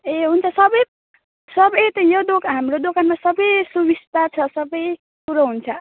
ए हुन्छ सबै सबै त यो दोकान हाम्रो दोकानमा सबै सुविस्ता छ सबै कुरो हुन्छ